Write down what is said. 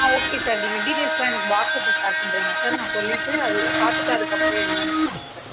ஆ okay sir நீங்கள் டீட்டெயல்ஸ்லாம் எனக்கு வாட்ஸ்அப்பில் ஷேர் பண்ணிட்ருங்க சார் நான் சொல்லிட்டு அது பார்த்துட்டு அதுக்கப்புறம் என்னென்று சொல்கிறேன் சார்